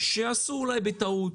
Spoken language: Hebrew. שעשו אולי בטעות,